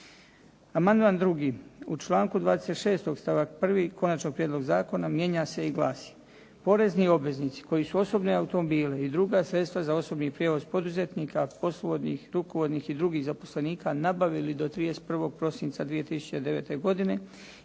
Amandman 2., u članku 26. stavak 1. konačnog prijedloga zakona mijenja se i glasi: